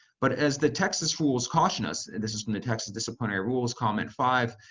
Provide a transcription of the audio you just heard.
but as the texas rules caution us, and this is from the texas disciplinary rules, comment five,